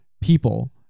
people